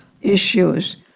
issues